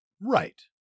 Right